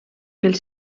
els